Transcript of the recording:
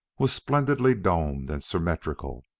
was splendidly domed and symmetrical.